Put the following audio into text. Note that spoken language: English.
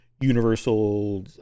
Universal